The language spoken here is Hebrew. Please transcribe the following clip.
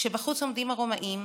כשבחוץ עומדים הרומאים